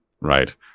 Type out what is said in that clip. Right